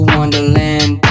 Wonderland